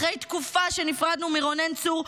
אחרי תקופה שנפרדנו מרונן צור,